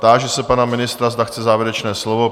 Táži se pana ministra, zda chce závěrečné slovo?